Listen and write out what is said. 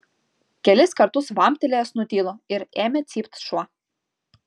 kelis kartus vamptelėjęs nutilo ir ėmė cypt šuo